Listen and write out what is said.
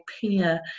peer